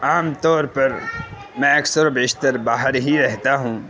عام طور پر میں اکثر و بیشتر باہر ہی رہتا ہوں